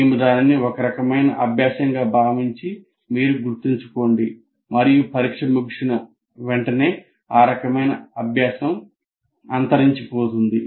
మేము దానిని ఒక రకమైన అభ్యాసంగా భావించి మీరు గుర్తుంచుకోండి మరియు పరీక్ష ముగిసిన వెంటనే ఆ రకమైన అభ్యాసం అంతరించిపోతుంది